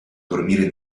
dormire